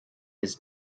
his